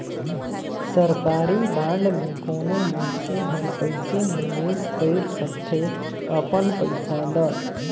सरकारी बांड में कोनो मइनसे हर कइसे निवेश कइर सकथे अपन पइसा ल